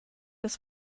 des